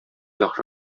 яхшы